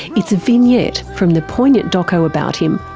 it's a vignette from the poignant doco about him,